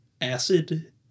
Acid